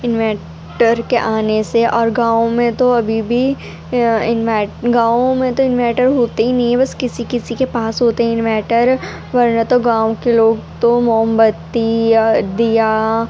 inverter کے آنے سے اور گاؤں میں تو ابھی بھی اانوائٹ گاؤں میں تو انورٹر ہوتا ہی نہیں ہے بس کسی کسی کے پاس ہوتے ہیں انورٹر ورنہ تو گاؤں کے لوگ تو موم بتی یا دیا